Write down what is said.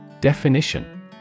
Definition